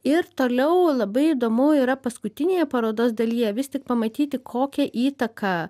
ir toliau labai įdomu yra paskutinėje parodos dalyje vis tik pamatyti kokią įtaką